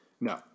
no